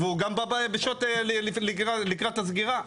והוא גם בא בשעות לקראת הסגירה.